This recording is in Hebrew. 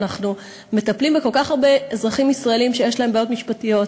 אנחנו מטפלים בכל כך הרבה אזרחים ישראלים שיש להם בעיות משפטיות,